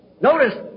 notice